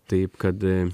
taip kad